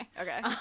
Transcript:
okay